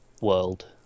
world